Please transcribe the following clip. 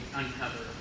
uncover